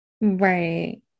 Right